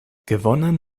gewonnen